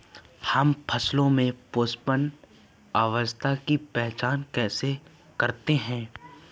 हम फसलों में पुष्पन अवस्था की पहचान कैसे करते हैं?